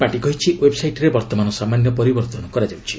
party କହିଛି ଓ୍ବେବ୍ସାଇଟ୍ରେ ବର୍ତ୍ତମାନ ସାମାନ୍ୟ ପରିବର୍ଭନ କରାଯାଉଛି